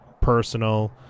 personal